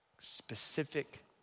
Specific